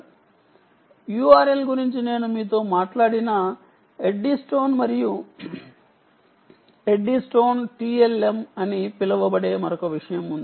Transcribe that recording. Eddystone URL గురించి నేను మీతో మాట్లాడాను మరియు ఎడ్డీస్టోన్ TLM అని పిలువబడే మరొక విషయం ఉంది